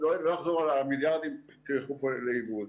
אני לא אחזור על המיליארדים שיילכו פה לאיבוד.